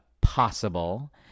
possible